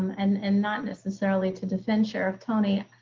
and and not necessarily to defend sheriff tony.